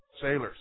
Sailors